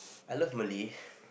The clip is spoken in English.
I love Malay